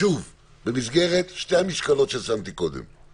שוב, במסגרת שני המשקלות ששמתי קודם: